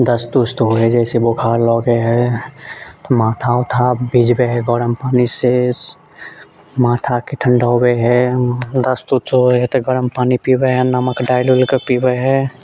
दस्त उस्त होइ जाइसँ बोखार लगै है माथा वाथा भिजबै है गरम पानिसँ माथाके ठण्डबे है दस्त उस्त होबै है तऽ गरम पानि पीबै है नमक दैल उलके पीबै है